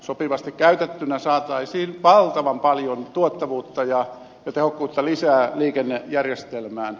sopivasti käytettynä saataisiin valtavan paljon tuottavuutta ja tehokkuutta lisää liikennejärjestelmään